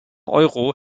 euro